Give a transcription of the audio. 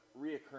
reoccurring